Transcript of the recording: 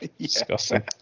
disgusting